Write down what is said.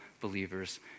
believers